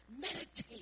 Meditate